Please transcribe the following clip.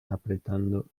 apretando